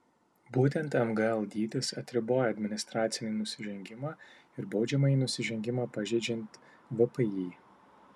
būtent mgl dydis atriboja administracinį nusižengimą ir baudžiamąjį nusižengimą pažeidžiant vpį